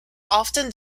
often